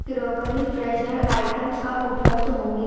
crockery freshener items कब उपलब्ध होंगे